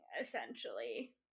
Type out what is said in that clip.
essentially